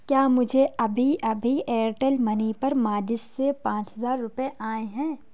کیا مجھے ابھی ابھی ایئرٹیل منی پر ماجد سے پانچ ہزار روپئے آئے ہیں